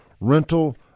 Rental